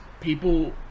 people